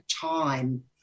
time